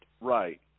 Right